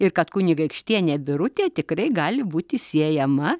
ir kad kunigaikštienė birutė tikrai gali būti siejama